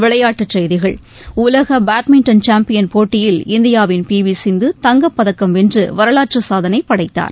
விளையாட்டுச் செய்திகள் உலக பேட்மிண்டன் சாம்பியன் போட்டியில் இந்தியாவின் பி வி சிந்து தங்கப்பதக்கம் வென்று வரலாற்றுச் சாதனை படைத்தார்